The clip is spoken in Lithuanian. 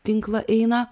tinklą eina